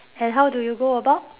and how do you go about